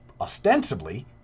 ostensibly